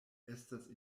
estas